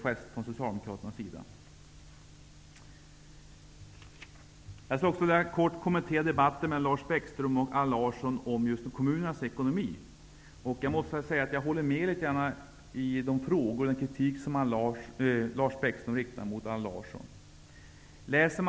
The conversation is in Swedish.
Jag vill också kort kommentera debatten mellan Lars Bäckström och Allan Larsson om kommunernas ekonomi. Jag håller delvis med om den kritik som Lars Bäckström riktar mot Allan Larsson.